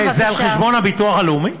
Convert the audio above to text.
תגיד לי, זה על חשבון הביטוח הלאומי?